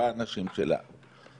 ובאנשים שלה.